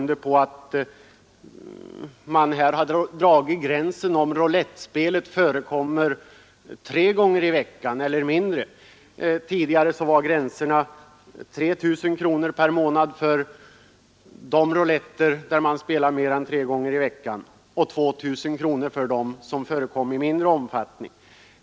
Det har dragits en gräns vid om roulettspel förekommer tre gånger i veckan eller mindre. Tidigare var skattesatsen 3 000 kronor per månad för rouletter där det spelas mer än tre gånger i veckan och 2 000 kronor för rouletter med spel i mindre omfattning.